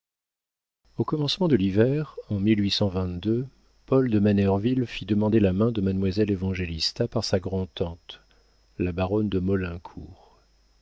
au commencement de l'hiver en paul de manerville fit demander la main de mademoiselle évangélista par sa grand'tante la baronne de maulincour